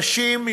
נשים,